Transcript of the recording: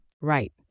Right